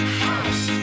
house